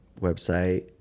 website